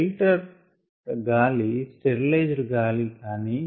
filtered గాలి కానీ sterilised గాలి కానీ